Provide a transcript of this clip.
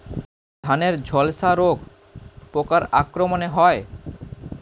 ধানের ঝলসা রোগ পোকার আক্রমণে হয়?